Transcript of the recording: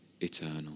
eternal